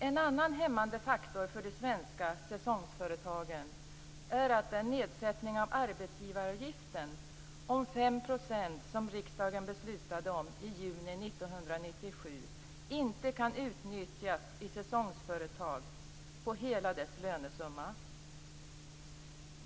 En annan hämmande faktor för de svenska säsongsföretagen är att den nedsättning av arbetsgivaravgiften om 5 % som riksdagen beslutade om i juni 1997 inte kan utnyttjas i ett säsongsföretag på hela dess lönesumma.